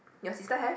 your sister have